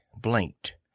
blinked